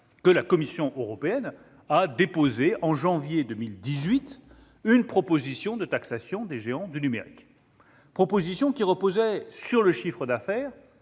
la Commission européenne à déposer, en janvier 2018, une proposition de taxation des géants du numérique. Celle-ci reposait sur le chiffre d'affaires,